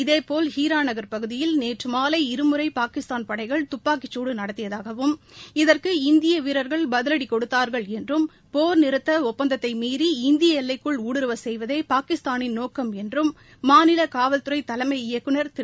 இதேபோல் ஹீரா நகர் பகுதியில் நேற்று மாலை இருமுறை பாகிஸ்தான் படைகள் தப்பாக்கிச் சூடு நடத்தியதாகவும் இதற்கு இந்திய வீரர்கள் பதிவடி கொடுத்தார்கள் என்றும் போர் நிறுத்த ஒப்பந்தத்தை மீறி இந்திய எல்லைக்குள் ஊடுருவ செய்வதே பாகிஸ்தானின் நோக்கம் என்றும் மாநில காவல்துறை தலைமை இயக்குநர் திரு